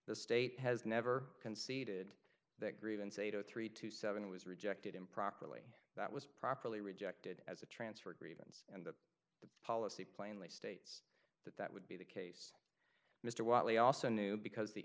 the state has never conceded that grievance eight o three to seven was rejected improperly that was properly rejected as a transfer agreed the policy plainly state that that would be the case mr wiley also knew because the